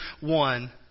one